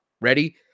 ready